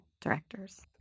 directors